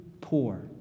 poor